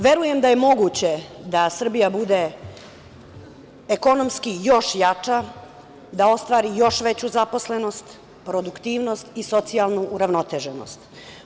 Verujem da je moguće da Srbija bude ekonomski još jača, da ostvari još veću zaposlenost, produktivnost i socijalnu uravnoteženost.